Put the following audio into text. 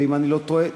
אם אני לא טועה,